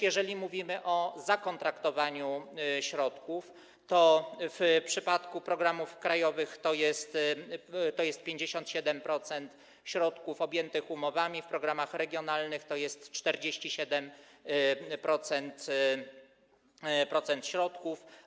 Jeżeli mówimy o zakontraktowaniu środków, to w przypadku programów krajowych jest to 57% środków objętych umowami, w programach regionalnych to jest 47% środków.